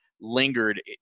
lingered